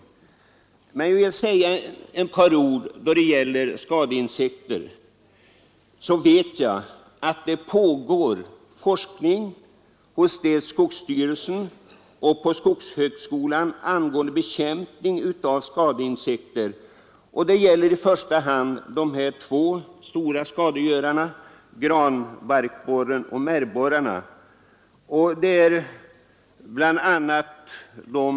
Jag vill också säga några ord då det gäller skadeinsekter. Jag vet att det pågår forskning dels hos skogsstyrelsen, dels på skogshögskolan angående bekämpande av skadeinsekter — i första hand de två stora skadegörarna granbarkborren och märgborren.